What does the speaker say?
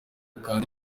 kandi